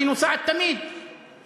כי היא נוסעת תמיד לדרום,